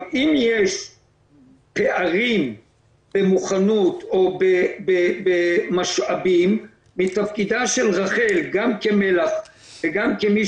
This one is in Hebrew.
אם יש פערים במוכנות או במשאבים מתפקידה של רח"ל גם כמל"ח ו גם כמי